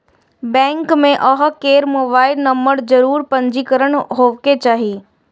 bank मे अहां केर मोबाइल नंबर जरूर पंजीकृत हेबाक चाही